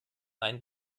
einen